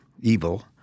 evil—